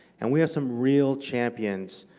and we have some real champions.